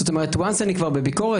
ברגע שאני בביקורת,